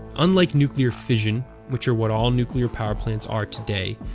unlike nuclear fission, which are what all nuclear power plants are today,